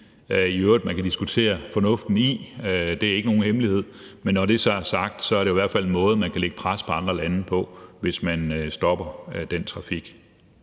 i øvrigt man kan diskutere fornuften i – det er ikke nogen hemmelighed – men når det så er sagt, er det i hvert fald en måde, man kan lægge pres på andre lande på, altså ved at stoppe den trafik.